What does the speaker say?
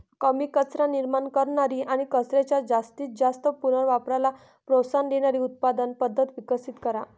कमी कचरा निर्माण करणारी आणि कचऱ्याच्या जास्तीत जास्त पुनर्वापराला प्रोत्साहन देणारी उत्पादन पद्धत विकसित करा